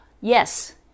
yes